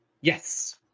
Yes